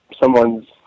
someone's